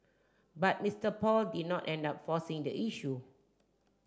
but Mister Paul did not end up forcing the issue